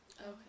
Okay